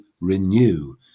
renew